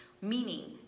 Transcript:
meaning